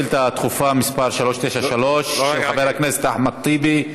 -- מס' 393, של חבר הכנסת אחמד טיבי.